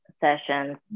sessions